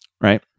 right